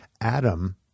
Adam